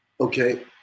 okay